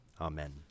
Amen